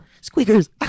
squeakers